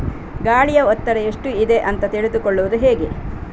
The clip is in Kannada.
ಗಾಳಿಯ ಒತ್ತಡ ಎಷ್ಟು ಇದೆ ಅಂತ ತಿಳಿದುಕೊಳ್ಳುವುದು ಹೇಗೆ?